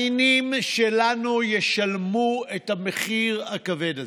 הנינים שלנו ישלמו את המחיר הכבד הזה.